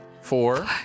Four